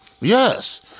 Yes